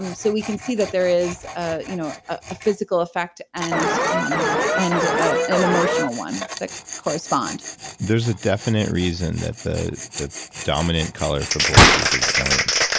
um so we can see that there is ah you know a physical effect and um and an emotional one that correspond there's a definite reason that the the dominant color for bulletproof is orange,